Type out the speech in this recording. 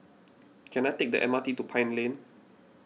can I take the M R T to Pine Lane